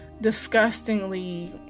disgustingly